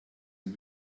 ein